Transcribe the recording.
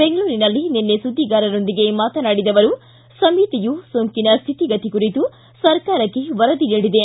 ಬೆಂಗಳೂರಿನಲ್ಲಿ ನಿನ್ನೆ ಸುದ್ದಿಗಾರರೊಂದಿಗೆ ಮಾತನಾಡಿದ ಅವರು ಸಮಿತಿಯು ಸೋಂಕಿನ ಸ್ಥಿತಿಗತಿ ಕುರಿತು ಸರ್ಕಾರಕ್ಕೆ ವರದಿ ನೀಡಿದೆ